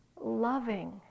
loving